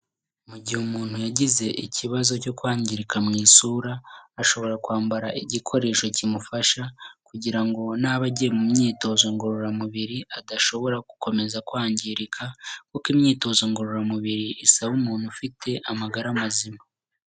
Mu gihe umuntu yagize ikibazo cyo kwangirika mu isura, ashobora kwambara igikoresho kimufasha kugira ngo naba agiye mu myitozo ngororamubiri adashobora gukomeza kwangirika, kuko imyitozo ngororamubiri isaba umuntu ufite amagara mazima.